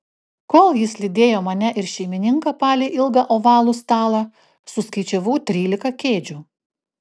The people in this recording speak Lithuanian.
kol jis lydėjo mane ir šeimininką palei ilgą ovalų stalą suskaičiavau trylika kėdžių